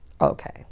okay